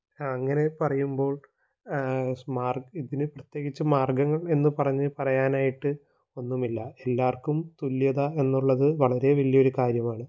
അങ്ങനെ പറയുമ്പോള് ഇതിന് പ്രത്യേകിച്ച് മാര്ഗങ്ങള് എന്ന് പറഞ്ഞ് പറയാനായിട്ട് ഒന്നുമില്ല എല്ലാവര്ക്കും തുല്യത എന്നുള്ളത് വളരെ വലിയൊരു കാര്യമാണ്